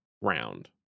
round